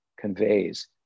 conveys